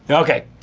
but okay.